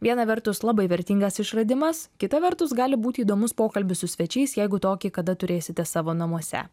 viena vertus labai vertingas išradimas kita vertus gali būti įdomus pokalbis su svečiais jeigu tokį kada turėsite savo namuose